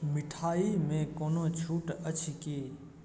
मिठाइमे कोनो छूट अछि की